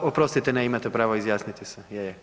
A oprostite, ne, imate pravo izjasniti se, je, je.